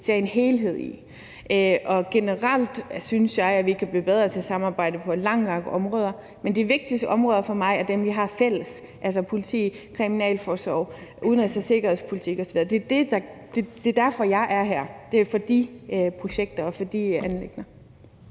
ser en helhed i. Generelt synes jeg, at vi kan blive bedre til at samarbejde på en lang række områder, men de vigtigste områder for mig er dem, vi har fælles, altså politi, kriminalforsorg, udenrigs- og sikkerhedspolitik osv. Det er derfor, jeg er her. Det er for de projekter og for de anliggender.